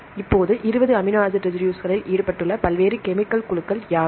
இப்போது 20 amino acid ரெசிடுஸ்களில் ஈடுபட்டுள்ள பல்வேறு கெமிக்கல் குழுக்கள் யாவை